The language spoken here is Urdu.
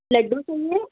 لڈو چاہیے